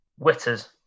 Witters